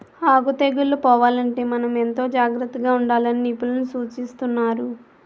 ఆకు తెగుళ్ళు పోవాలంటే మనం ఎంతో జాగ్రత్తగా ఉండాలని నిపుణులు సూచిస్తున్నారు